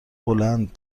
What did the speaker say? بلند